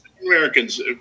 Americans